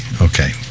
okay